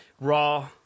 raw